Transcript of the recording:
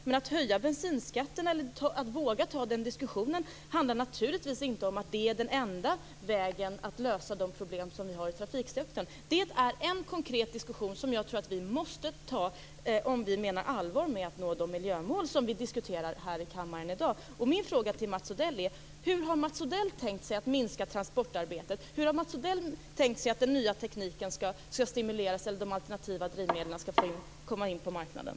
Att våga höja bensinskatten är naturligtvis inte den enda vägen att lösa de problem som vi har i trafiksektorn. Det är en konkret diskussion som jag tror att vi måste ta om vi menar allvar med att nå de miljömål som vi diskuterar här i kammaren i dag. Min fråga är hur Mats Odell har tänkt sig att minska transportarbetet. Hur har Mats Odell tänkt sig att den nya tekniken skall stimuleras och de alternativa drivmedlen komma in på marknaden?